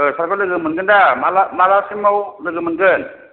औ सारखौ लोगो मोनगोनदा माला मालासिमाव लोगो मोनगोन